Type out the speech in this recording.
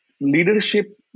leadership